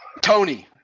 Tony